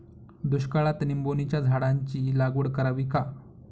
दुष्काळात निंबोणीच्या झाडाची लागवड करावी का?